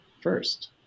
first